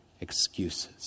excuses